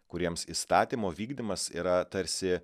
kuriems įstatymo vykdymas yra tarsi